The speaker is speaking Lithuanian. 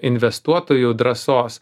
investuotojų drąsos